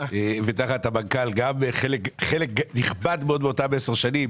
ותחת המנכ"ל חלק נכבד מאותן עשר שנים,